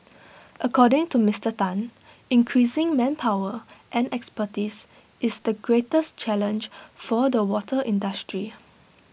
according to Mister Tan increasing manpower and expertise is the greatest challenge for the water industry